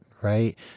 right